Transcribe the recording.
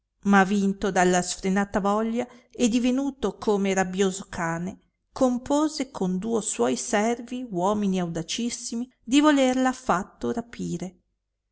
ma vinto dalla sfrenata voglia e divenuto come rabbioso cane compose con duo suoi servi uomini audacissimi di volerla affatto rapire